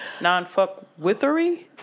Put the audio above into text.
Non-fuck-withery